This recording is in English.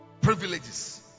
privileges